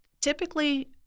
typically